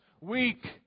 weak